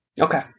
okay